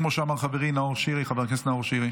כמו שאמר חברי חבר הכנסת נאור שירי.